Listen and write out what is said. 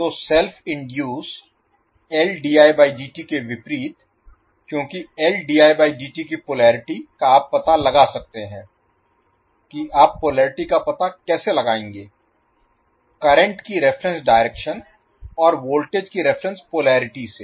तो self induce के विपरीत क्योंकि की पोलेरिटी का आप पता लगा सकते हैं कि आप पोलेरिटी का पता कैसे लगाएंगे करंट की रिफरेन्स डायरेक्शन और वोल्टेज की रिफरेन्स पोलेरिटी से